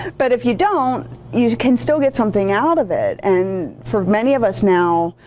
but if you don't you can still get something out of it. and for many of us now